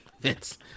Vince